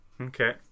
Okay